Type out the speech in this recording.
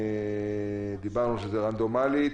דיברנו שזה רנדומלי,